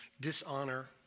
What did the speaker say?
dishonor